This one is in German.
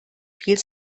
viel